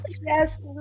Yes